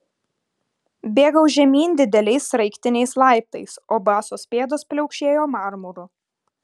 bėgau žemyn dideliais sraigtiniais laiptais o basos pėdos pliaukšėjo marmuru